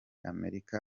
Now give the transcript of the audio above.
amerika